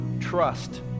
Trust